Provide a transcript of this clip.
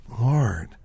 Lord